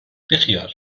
بیخیال